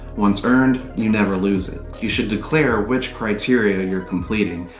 once earned, you never lose it. you should declare which criteria you are completing,